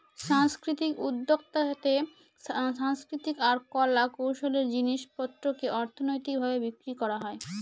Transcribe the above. সাংস্কৃতিক উদ্যক্তাতে সাংস্কৃতিক আর কলা কৌশলের জিনিস পত্রকে অর্থনৈতিক ভাবে বিক্রি করা হয়